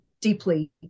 deeply